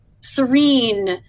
serene